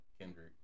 Kendrick